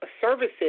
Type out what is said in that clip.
services